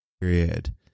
period